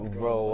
bro